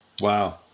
Wow